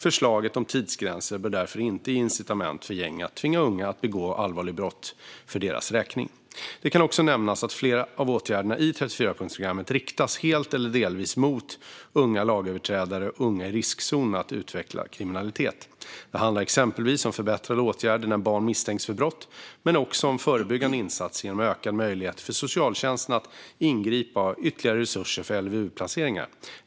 Förslaget om tidsgränser bör därför inte ge incitament för gäng att tvinga unga att begå allvarliga brott för deras räkning. Det kan också nämnas att flera av åtgärderna i 34-punktsprogrammet riktas helt eller delvis mot unga lagöverträdare och unga i riskzon att utveckla kriminalitet. Det handlar exempelvis om förbättrade åtgärder när barn misstänks för brott men också om förebyggande insatser genom ökade möjligheter för socialtjänsten att ingripa och ytterligare resurser till LVU-placeringar.